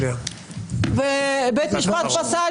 יוליה, משפט אחרון.